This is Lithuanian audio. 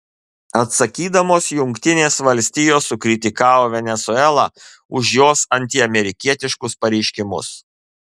atsakydamos jungtinės valstijos sukritikavo venesuelą už jos antiamerikietiškus pareiškimus